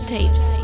Tapes